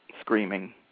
screaming